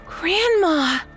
Grandma